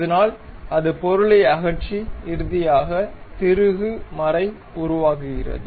இதனால் அது பொருளை அகற்றி இறுதியாக திருகு மறை உருவாகுகிறது